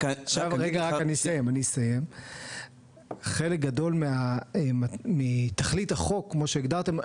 חלק גדול מתכלית החוק כמו שהגדרתם,